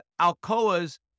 Alcoa's